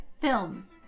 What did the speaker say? films